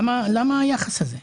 לה היחס הזה?